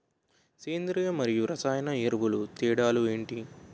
సేంద్రీయ మరియు రసాయన ఎరువుల తేడా లు ఏంటి?